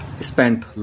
spent